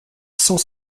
cent